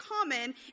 common